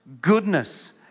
goodness